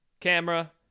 camera